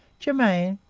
germain,